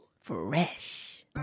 fresh